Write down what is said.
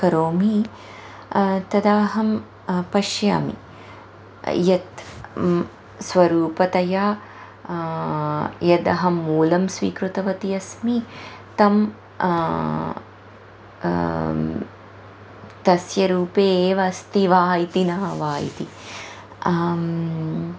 करोमि तदा अहं पश्यामि यत् स्वरूपतया यदहं मूलं स्वीकृतवती अस्मि तं तस्य रूपेण एव अस्ति वा इति न वा इति